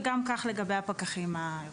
וכך גם לגבי הפקחים העירוניים.